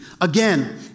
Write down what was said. Again